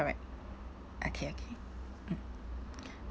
correct okay okay mm